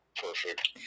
perfect